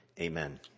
Amen